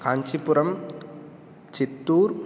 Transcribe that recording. Kanchipuram Chittoor